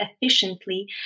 efficiently